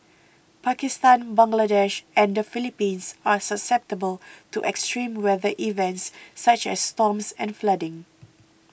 Pakistan Bangladesh and the Philippines are susceptible to extreme weather events such as storms and flooding